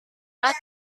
olah